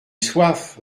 soif